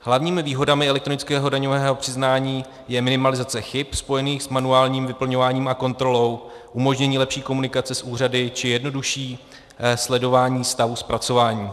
Hlavními výhodami elektronického daňového přiznání je minimalizace chyb spojených s manuálním vyplňováním a kontrolou, umožnění lepší komunikace s úřady či jednodušší sledování stavu zpracování.